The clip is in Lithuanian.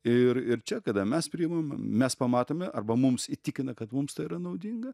ir ir čia kada mes priimame mes pamatome arba mums įtikina kad mums tai yra naudinga